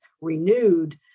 renewed